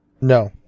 No